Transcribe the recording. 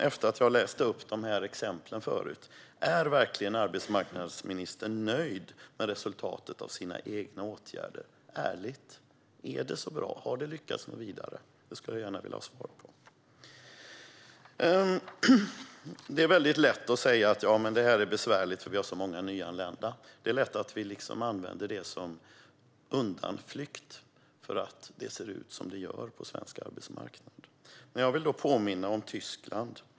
Efter att ha läst upp de här exemplen vill jag fråga Ylva Johansson: Är arbetsmarknadsministern nöjd med resultatet av sina egna åtgärder? Är de ärligt talat så bra, har de lyckats något vidare? Det skulle jag gärna vilja ha svar på. Det är lätt att säga att det här är besvärligt därför att vi har så många nyanlända. Det är lätt att vi använder det som undanflykt för att det ser ut som det gör på den svenska arbetsmarknaden. Men jag vill då påminna om Tyskland.